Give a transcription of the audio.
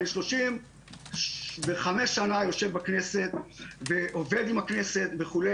ואני 35 שנה עובד עם הכנסת וכו',